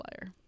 liar